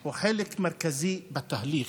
הוא חלק מרכזי בתהליך,